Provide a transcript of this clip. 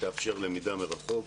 שתאפשר למידה מרחוק.